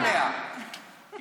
אולי גם קצת עליה, קצת עליה, איתן.